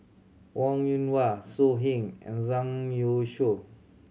Wong Yoon Wah So Heng and Zhang Youshuo